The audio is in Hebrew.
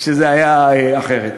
זה היה אחרת,